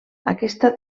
aquesta